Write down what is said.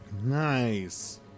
Nice